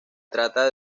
trata